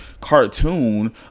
cartoon